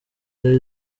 zari